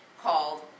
called